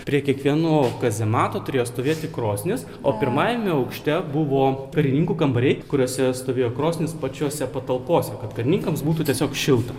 prie kiekvieno kazemato turėjo stovėti krosnis o pirmajame aukšte buvo karininkų kambariai kuriuose stovėjo krosnis pačiose patalpose kad karininkams būtų tiesiog šilta